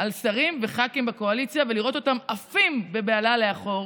על שרים וח"כים בקואליציה ולראות אותם עפים בבהלה לאחור.